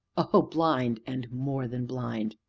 o blind, and more than blind!